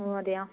ഓ അതെയോ